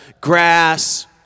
grass